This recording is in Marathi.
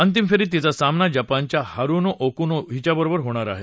अंतिम फेरीत तिचा सामना जपानच्या हारुनो ओकुनो बरोबर रंगणार आहे